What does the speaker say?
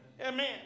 Amen